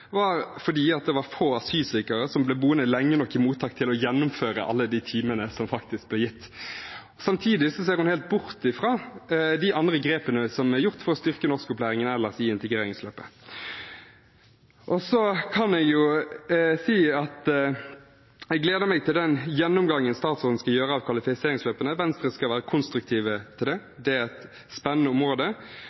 var at det var få asylsøkere som ble boende lenge nok i mottak til å gjennomføre alle de timene som faktisk ble gitt. Samtidig ser man helt bort fra de andre grepene som er gjort for å styrke norskopplæringen ellers i integreringsløpet. Så kan jeg jo si at jeg gleder meg til den gjennomgangen statsråden skal gjøre av kvalifiseringsløpene. Venstre skal være konstruktive til det, det er et spennende område.